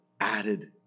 added